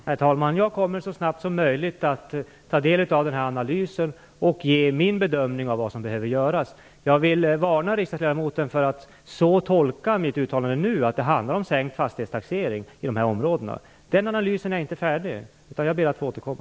Herr talman! Jag kommer så snabbt som möjligt att ta del av den här analysen och komma med min bedömning av vad som behöver göras. Jag vill varna riksdagsledamoten för att tolka mitt uttalande nu som att det handlar om en sänkt fastighetstaxering i dessa områden. Den analysen är inte färdig. Jag ber att få återkomma.